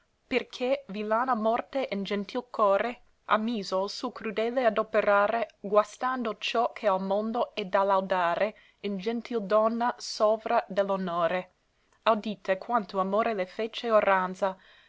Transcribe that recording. perché villana morte in gentil core ha miso il suo crudele adoperare guastando ciò che al mondo è da laudare in gentil donna sovra de l'onore audite quanto amor le fece orranza